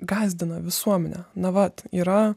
gąsdina visuomenę na vat yra